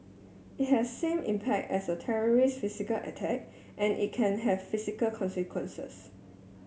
it has same impact as a terrorist's physical attack and it can have physical consequences